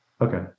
Okay